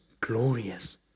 glorious